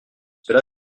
cela